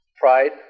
Pride